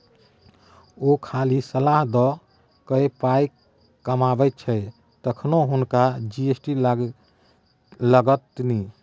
ओ खाली सलाह द कए पाय कमाबैत छथि तखनो हुनका जी.एस.टी लागतनि